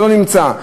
שלא נמצא,